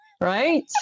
Right